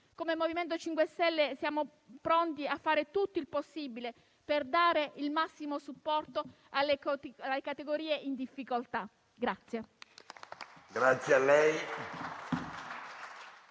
Come MoVimento 5 Stelle siamo pronti a fare tutto il possibile per dare il massimo supporto alle categorie in difficoltà.